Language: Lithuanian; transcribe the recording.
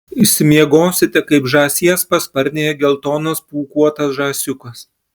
išsimiegosite kaip žąsies pasparnėje geltonas pūkuotas žąsiukas